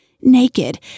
naked